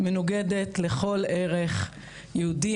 מנוגדת לכל ערך יהודי,